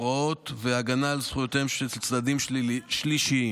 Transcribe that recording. הוראות והגנה על זכויותיהם של צדדים שלישיים.